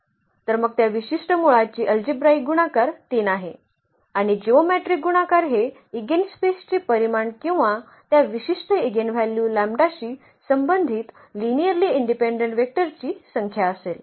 तर मग त्या विशिष्ट मुळाची अल्जेब्राईक गुणाकार 3 आहे आणि जिओमेट्रीक गुणाकार हे इगेनस्पेसचे परिमाण किंवा त्या विशिष्ट इगेनव्ह्ल्यू लॅम्बडाशी संबंधित लिनिअर्ली इंडिपेंडेंट वेक्टरची संख्या असेल